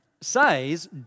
says